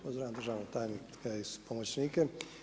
Pozdravljam državnog tajnika i pomoćnike.